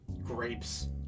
grapes